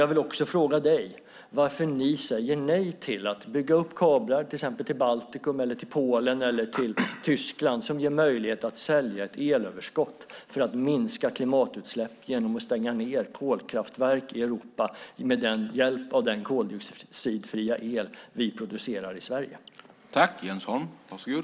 Jag vill samtidigt fråga Jens Holm varför ni säger nej till att bygga kablar till exempelvis Baltikum, Polen och Tyskland som ger möjlighet att sälja elöverskott och därmed minska klimatutsläppen. Genom att i stället använda den koldioxidfria el vi producerar i Sverige kan man stänga kolkraftverk i Europa.